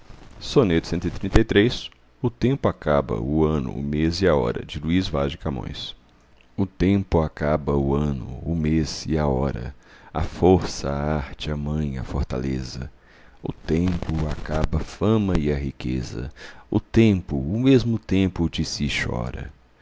sobeja me a tristeza da partida o tempo acaba o ano o mês e a hora a força a arte a manha a fortaleza o tempo acaba a fama e a riqueza o tempo o mesmo tempo de si chora